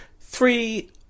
three